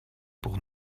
pour